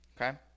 Okay